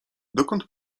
dokąd